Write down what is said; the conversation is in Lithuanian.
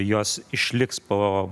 jos išliks po